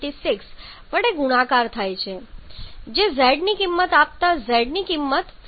76 વડે ગુણાકાર થાય છે જે z ની કિંમત આપતા z ની કિંમત 5